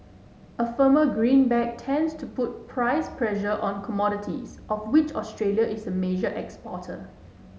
a firmer greenback tends to put price pressure on commodities of which Australia is a major exporter